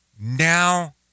now